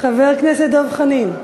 חבר הכנסת דב חנין,